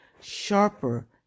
sharper